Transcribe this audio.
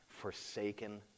forsaken